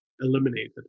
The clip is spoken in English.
eliminated